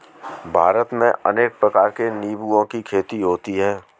भारत में अनेक प्रकार के निंबुओं की खेती होती है